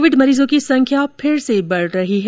Covid मरीजों की संख्या फिर से बढ़ रही है